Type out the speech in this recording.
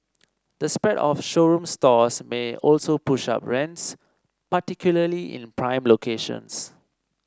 the spread of showroom stores may also push up rents particularly in prime locations